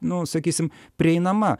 nu sakysim prieinama